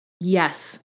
Yes